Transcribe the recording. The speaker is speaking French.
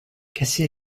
casser